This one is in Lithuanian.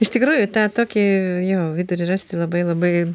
iš tikrųjų tą tokį jo vidurį rasti labai labai